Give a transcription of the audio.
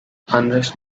hundreds